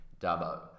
Dubbo